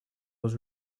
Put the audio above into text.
was